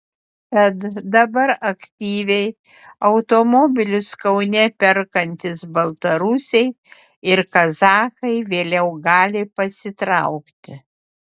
tad dabar aktyviai automobilius kaune perkantys baltarusiai ir kazachai vėliau gali pasitraukti